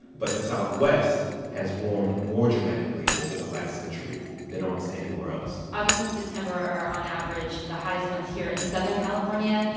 but the southwest has warmed more dramatically over the last century than almost anywhere else august and september are, on average, the hottest months here in southern california.